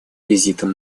визитом